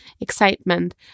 excitement